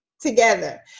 together